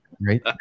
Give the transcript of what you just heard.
Right